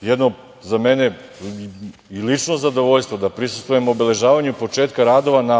jedno za mene i lično zadovoljstvo da prisustvujem obeležavanju početka radova na